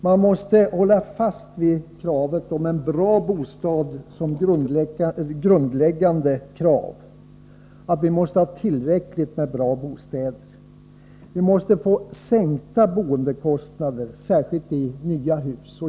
Man måste hålla fast vid det grundläggande kravet på en bra bostad — vi måste ha tillräckligt med bra bostäder. Vi måste få sänkta boendekostnader, särskilt i nya hus.